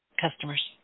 customer's